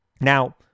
Now